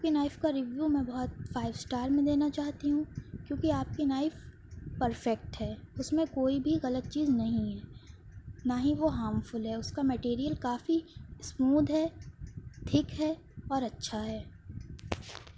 آپ کی نائف کا ریویو میں بہت فائیو اسٹار میں دینا چاہتی ہوں کیونکہ آپ کی نائف پرفیکٹ ہے اس میں کوئی بھی غلط چیز نہیں ہے نہ ہی وہ ہام فل ہے اس کا میٹیریل کافی اسمود ہے ٹھیک ہے اور اچھا ہے